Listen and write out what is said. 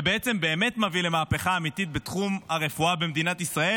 ובעצם באמת מביא למהפכה אמיתית בתחום הרפואה במדינת ישראל.